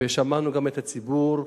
ושמענו גם את הציבור,